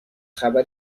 خبر